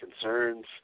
concerns